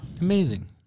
Amazing